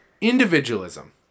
Individualism